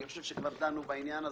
אני חושב שכבר דנו מספיק בעניין הזה.